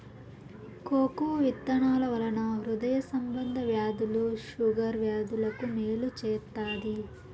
cocoa విత్తనాల వలన హృదయ సంబంధ వ్యాధులు షుగర్ వ్యాధులకు మేలు చేత్తాది